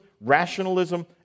rationalism